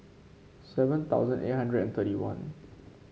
seven thousand eight hundred and thirty one